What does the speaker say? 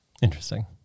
interesting